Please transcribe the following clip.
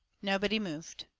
nobody moved.